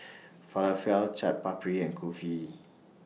Falafel Chaat Papri and Kulfi